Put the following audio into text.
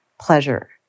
pleasure